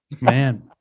Man